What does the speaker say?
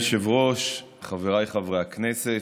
אדוני היושב-ראש, חבריי חברי הכנסת,